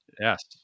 Yes